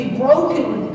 broken